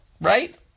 right